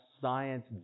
science